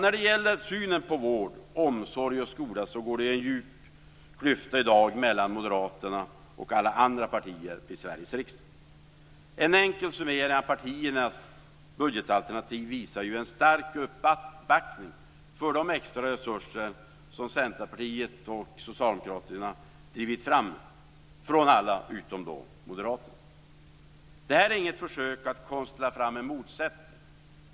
När det gäller synen på vård, omsorg och skola går det i dag en djup klyfta mellan Moderaterna och alla andra partier i Sveriges riksdag. En enkel summering av partiernas budgetalternativ visar en stark uppbackning från alla partier utom Moderaterna för de extra resurser som Centerpartiet och Socialdemokraterna drivit fram. Det här är inget försök att konstla fram en motsättning.